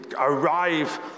arrive